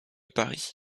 paris